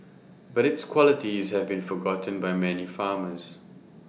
but its qualities have been forgotten by many farmers